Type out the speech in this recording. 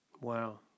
Wow